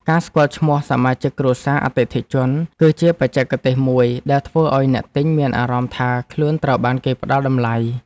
ការស្គាល់ឈ្មោះសមាជិកគ្រួសារអតិថិជន គឺជាបច្ចេកទេសមួយដែលធ្វើឱ្យអ្នកទិញមានអារម្មណ៍ថាខ្លួនត្រូវបានគេផ្ដល់តម្លៃ។